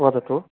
वदतु